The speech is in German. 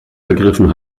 vergriffen